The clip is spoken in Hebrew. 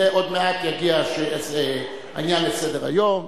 עוד מעט יגיע העניין לסדר-היום.